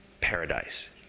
paradise